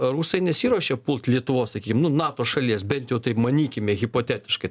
rusai nesiruošė pult lietuvos sakykim nu nato šalies bent jau taip manykime hipotetiškai